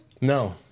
No